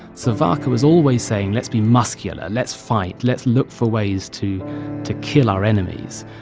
savarkar was always saying, let's be muscular. let's fight. let's look for ways to to kill our enemies.